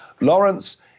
Lawrence